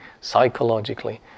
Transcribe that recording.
psychologically